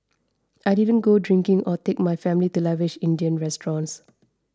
I didn't go drinking or take my family to lavish Indian restaurants